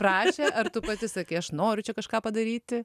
pradžią ar tu pati sakei aš noriu čia kažką padaryti